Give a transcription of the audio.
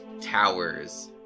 towers